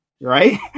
right